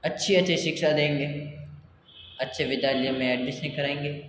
अच्छी अच्छी शिक्षा देंगे अच्छे विद्यालयों में एडमिशन कराएंगे